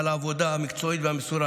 על העבודה המקצועית והמסורה,